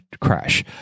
crash